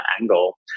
angle